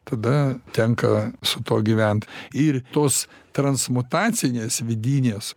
tada tenka su tuo gyvent ir tos transmutacinės vidinės